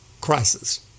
crisis